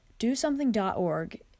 DoSomething.org